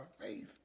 faith